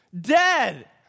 Dead